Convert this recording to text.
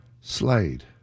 Slade